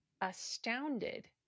astounded